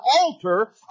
altar